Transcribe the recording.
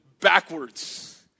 backwards